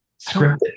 scripted